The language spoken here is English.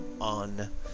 on